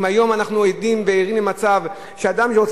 היום אנחנו עדים וערים למצב שאדם שרוצה